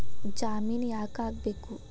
ಜಾಮಿನ್ ಯಾಕ್ ಆಗ್ಬೇಕು?